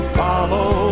follow